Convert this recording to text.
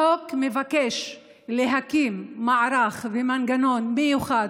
החוק מבקש להקים מערך ומנגנון מיוחד